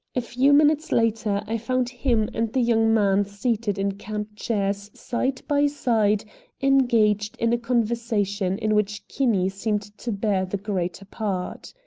a few minutes later i found him and the young man seated in camp-chairs side by side engaged in a conversation in which kinney seemed to bear the greater part.